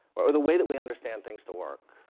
or the way that we understand things to work.